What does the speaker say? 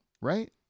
Right